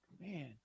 man